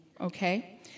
okay